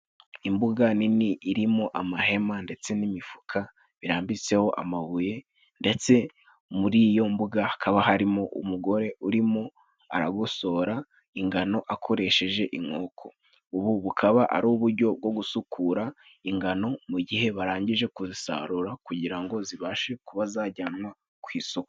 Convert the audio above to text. Imbuga nini irimo amahema ndetse n'imifuka birambitseho amabuye, ndetse muri iyo mbuga hakaba harimo umugore urimo aragosora ingano akoresheje inkoko. Ubu bukaba ari ubujyo bwo gusukura ingano mu gihe barangije kuzisarura, kugira ngo zibashe kuba zajyanwa ku isoko.